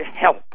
help